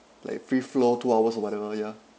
like free flow two hours or whatever ya